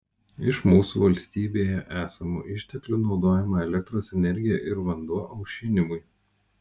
iš mūsų valstybėje esamų išteklių naudojama elektros energija ir vanduo aušinimui